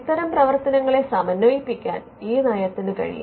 ഇത്തരം പ്രവർത്തനങ്ങളെ സമന്വയിപ്പിക്കാൻ ഈ നയത്തിന് കഴിയും